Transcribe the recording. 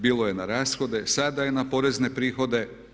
Bilo je na rashode, sada je na porezne prihode.